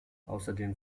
außerdem